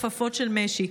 בכפפות של משי?